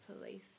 police